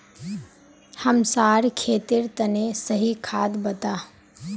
हमसार खेतेर तने सही खाद बता